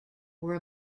were